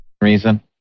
reason